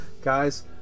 Guys